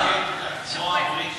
כמו הבריטים.